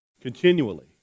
continually